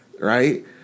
Right